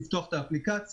לפתוח את האפליקציה,